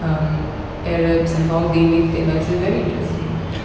um arabs and how they live their lives they're very interesting